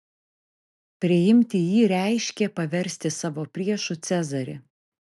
priimti jį reiškė paversti savo priešu cezarį